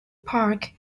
park